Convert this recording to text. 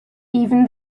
even